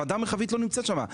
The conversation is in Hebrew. הוועדה המרחבית לא נמצאת שם.